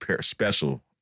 special